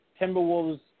Timberwolves